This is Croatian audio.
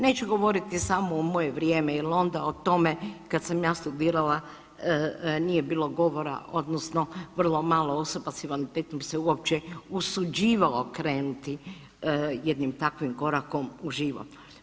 Neću govoriti samo u moje vrijeme jer onda o tome kad sam ja studirala nije bilo govora, odnosno vrlo malo osoba s invaliditetom se uopće usuđivalo krenuti jednim takvim korakom u život.